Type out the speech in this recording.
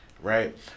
right